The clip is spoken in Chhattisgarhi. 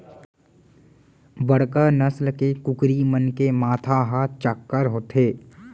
बड़का नसल के कुकरी मन के माथा ह चाक्कर होथे